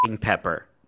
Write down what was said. Pepper